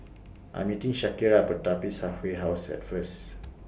I'm meeting Shakira At Pertapis Halfway House At First